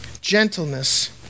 gentleness